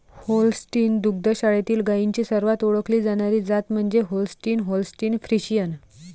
Holstein दुग्ध शाळेतील गायींची सर्वात ओळखली जाणारी जात म्हणजे होल्स्टीन होल्स्टीन फ्रिशियन